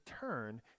turn